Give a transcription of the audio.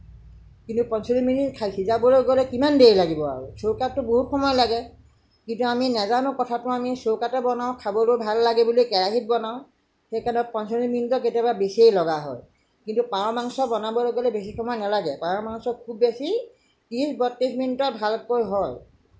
কিন্তু পঞ্চল্লিছ মিনিট সিজাবলৈ গ'লে কিমান সময় লাগিব আৰু চৌকাততো বহুত সময় লাগে কিন্তু আমি নেজানো কথাটো আমি চৌকাতে বনাও খাবলৈ ভাল লাগে বুলি কেৰাহিত বনাও সেইকাৰণে পঞ্চল্লিছ মিনিটৰ কেতিয়াবা বেছিয়েই লগা হয় কিন্তু পাৰ মাংস বনাবলৈ হ'লে বেছি সময় নালাগে পাৰ মাংস খুব বেছি ত্ৰিছ বত্ৰিছ মিনিটত ভালকৈ হয়